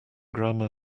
grammar